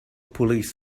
police